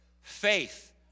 Faith